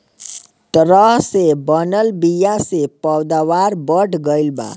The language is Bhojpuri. तरह से बनल बीया से पैदावार बढ़ गईल बा